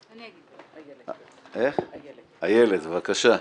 איילת, בבקשה.